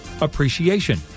Appreciation